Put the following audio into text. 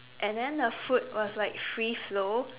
and then the food was like free flow